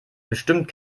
bestimmt